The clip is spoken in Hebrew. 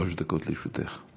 עד שלוש דקות לרשותך.